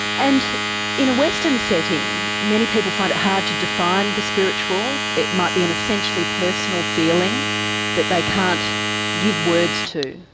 and in a western setting many people find it hard to define the spiritual. it might be an essentially personal feeling that they can't give words to.